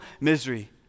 misery